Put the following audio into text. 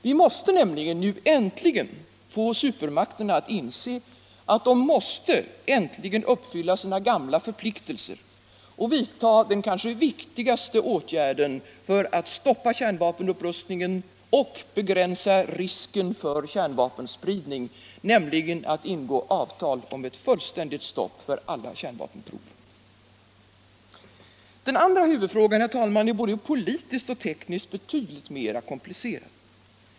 Vi måste få supermakterna att inse att de nu äntligen måste uppfylla sina gamla förpliktelser och vidta den kanske viktigaste åtgärden för att stoppa kärnvapenupprustningen och begränsa risken för kärnvapenspridning, nämligen att ingå avtal om ett fullständigt stopp för alla kärnvapenprov. | Den andra huvudfrågan, herr talman, är både politiskt och tekniskt betydligt mer komplicerad.